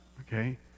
Okay